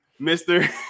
Mr